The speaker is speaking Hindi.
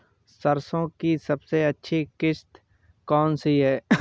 सरसो की सबसे अच्छी किश्त कौन सी है?